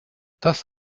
das